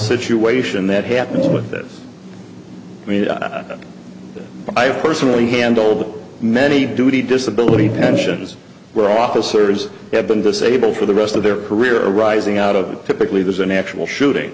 situation that happens with this i mean i have personally handled many duty disability pensions where officers have been disabled for the rest of their career arising out of typically there's an actual shooting